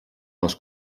les